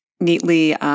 neatly